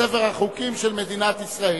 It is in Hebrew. לספר החוקים של מדינת ישראל.